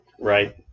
Right